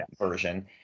version